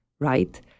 right